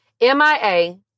MIA